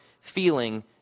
feeling